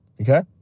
okay